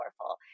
powerful